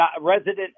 resident